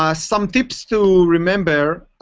ah some tips to remember